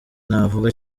navuga